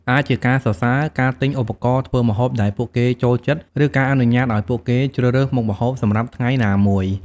អាចជាការសរសើរ ការទិញឧបករណ៍ធ្វើម្ហូបដែលពួកគេចូលចិត្ត ឬការអនុញ្ញាតឱ្យពួកគេជ្រើសរើសមុខម្ហូបសម្រាប់ថ្ងៃណាមួយ។